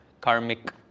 karmic